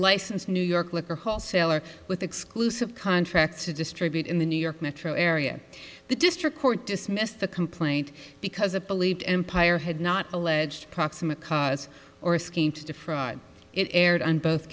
licensed new york liquor wholesaler with exclusive contracts to distribute in the new york metro area the district court dismissed the complaint because it believed empire had not alleged proximate cause or a scheme to defraud it aired on both